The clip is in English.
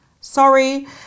sorry